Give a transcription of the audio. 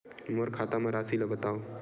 मोर खाता म राशि ल बताओ?